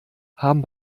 haben